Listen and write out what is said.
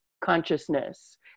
consciousness